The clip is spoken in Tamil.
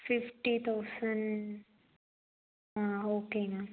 ஃபிஃப்டி தௌசண்ட் ஆ ஓகேங்க